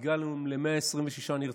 הגענו ל-126 נרצחים,